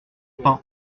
pain